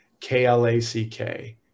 K-L-A-C-K